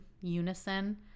unison